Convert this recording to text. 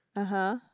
(uh huh)